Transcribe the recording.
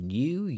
new